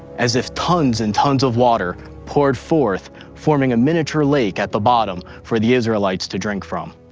as if tons and tons of water poured forth, forming a miniature lake at the bottom for the israelites to drink from.